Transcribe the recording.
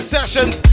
Sessions